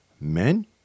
Men